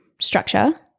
structure